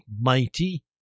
mighty